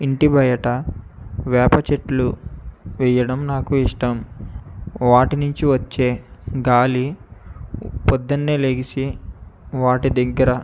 ఇంటి బయట వేప చెట్లు వేయడం నాకు ఇష్టం వాటినుంచి వచ్చేగాలి పొద్దున్నే లేచి వాటి దగ్గర